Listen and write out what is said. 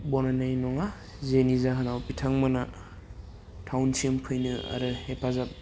बनायनाय नङा जेनि जाहोनाव बिथांमोना टाउनसिम फैनो आरो हेफाजाब